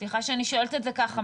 סליחה שאני שואלת את זה ככה.